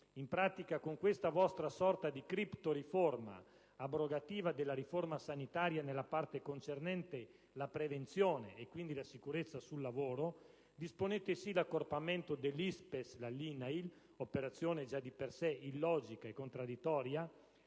In pratica, con questa vostra sorta di criptoriforma, abrogativa della riforma sanitaria nella parte concernente la prevenzione e quindi la sicurezza sul lavoro, disponete l'accorpamento dell'ISPESL all'INAIL (operazione già di per sé illogica e contraddittoria),